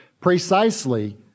precisely